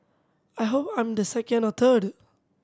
I hope I'm the second or third